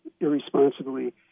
irresponsibly